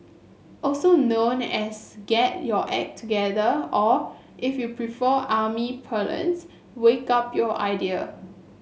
also known as get your act together or if you prefer army parlance wake up your idea